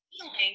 feeling